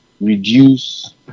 reduce